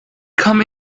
come